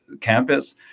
campus